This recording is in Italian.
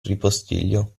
ripostiglio